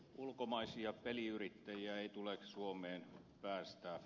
ulkomaisia peliyrittäjiä ei tule suomeen päästää